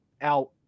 out